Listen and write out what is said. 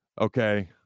okay